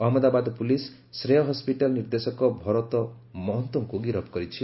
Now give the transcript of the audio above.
Ahmedabad police Shrey hospital ନିର୍ଦ୍ଦେଶକ ଭରତ ମହନ୍ତଙ୍କୁ ଗିରଫ କରିଛି